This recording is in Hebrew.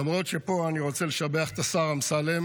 למרות שפה, אני רוצה לשבח את השר אמסלם.